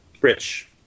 Rich